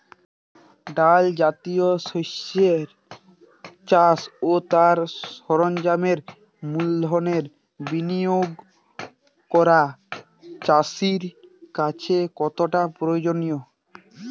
ডাল জাতীয় শস্যের চাষ ও তার সরঞ্জামের মূলধনের বিনিয়োগ করা চাষীর কাছে কতটা প্রয়োজনীয়?